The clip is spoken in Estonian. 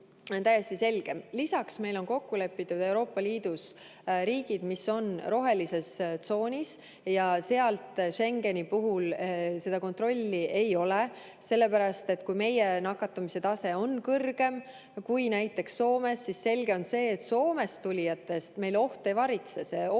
Lisaks meil on kokku lepitud Euroopa Liidu riigid, mis on rohelises tsoonis, ja nendest Schengeni riikidest tulles seda kontrolli ei ole. Sellepärast et kui meie nakatumise tase on kõrgem kui näiteks Soomes, siis selge on see, et Soomest tulijate puhul meid oht ei varitse. Oht